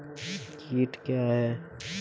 कीट क्या है?